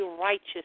righteous